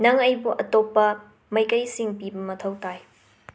ꯅꯪ ꯑꯩꯕꯨ ꯑꯇꯣꯞꯄ ꯃꯥꯏꯀꯩꯁꯤꯡ ꯄꯤꯕ ꯃꯊꯧ ꯇꯥꯏ